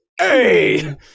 hey